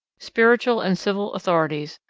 spiritual and civil authorities,